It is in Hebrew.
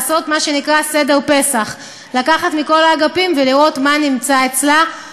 לעשות מה שנקרא "סדר פסח"; לקחת מכל האגפים ולראות מה נמצא אצלה.